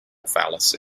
fallacy